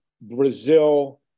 Brazil